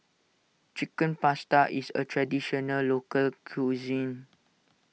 Chicken Pasta is a Traditional Local Cuisine